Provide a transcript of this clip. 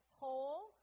whole